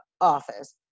Office